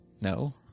No